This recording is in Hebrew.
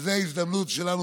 זו ההזדמנות שלנו.